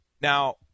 Now